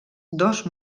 dos